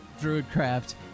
Druidcraft